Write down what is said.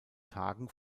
tagen